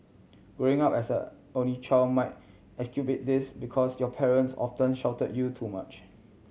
growing up as an only child might exacerbate this because your parents often shelter you too much